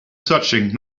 searching